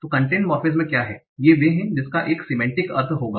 तो content morphemes क्या हैं ये वे हैं जिसका एक सिमेंटीक अर्थ होगा